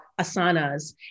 asanas